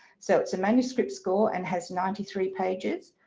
so it's a manuscript score and has ninety three pages.